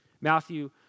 Matthew